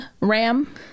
ram